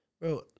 Bro